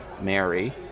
Mary